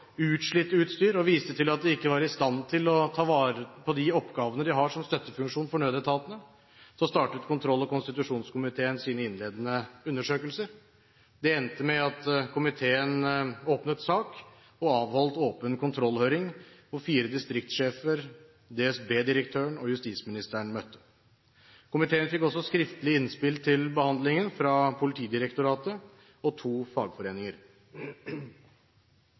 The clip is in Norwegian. utslitt utstyr og viste til at de ikke var i stand til å ta vare på de oppgavene de har som støttefunksjon for nødetatene, startet kontroll- og konstitusjonskomiteen sine innledende undersøkelser. Det endte med at komiteen åpnet sak og avholdt åpen kontrollhøring, hvor fire distriktssjefer, DSB-direktøren og justisministeren møtte. Komiteen fikk også skriftlige innspill til behandlingen fra Politidirektoratet og to fagforeninger.